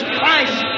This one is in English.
Christ